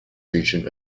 region